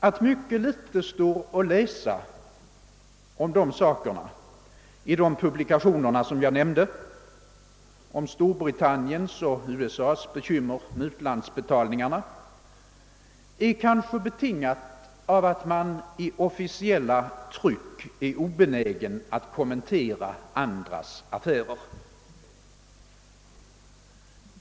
Att mycket litet står att läsa om dessa ting i de handlingar jag nämnt — om Storbritanniens och USA:s bekymmer med utlandsbetalningarna — är kanske betingat av att man i officiellt tryck är obenägen att kommentera andras affärer.